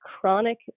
chronic